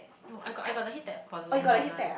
no I got I got the HeatTech for the Long John one